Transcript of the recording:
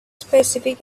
specific